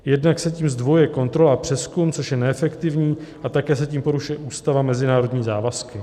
Jednak se tím zdvojuje kontrola a přezkum, což je neefektivní, a také se tím porušuje Ústava a mezinárodní závazky.